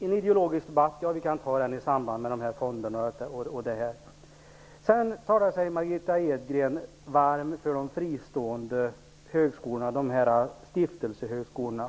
En ideologisk debatt kan vi ta i samband med frågan om fonderna. Margitta Edgren talar sig varm för de fristående stiftelsehögskolorna.